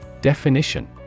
Definition